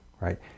right